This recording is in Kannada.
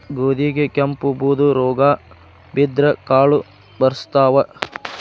ಗೋಧಿಗೆ ಕೆಂಪು, ಬೂದು ರೋಗಾ ಬಿದ್ದ್ರ ಕಾಳು ಬರ್ಸತಾವ